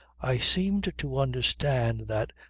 i seemed to understand that,